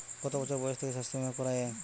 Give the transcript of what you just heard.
কত বছর বয়স থেকে স্বাস্থ্যবীমা করা য়ায়?